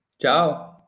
Ciao